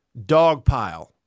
dogpile